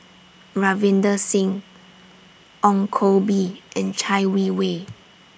Ravinder Singh Ong Koh Bee and Chai Wei Wei